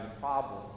problems